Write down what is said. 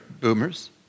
boomers